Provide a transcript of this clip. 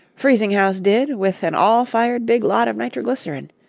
freezing-house did with an all-fired big lot of nitroglycerin.